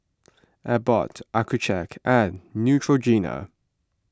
Abbott Accucheck and Neutrogena